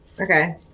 Okay